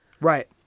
Right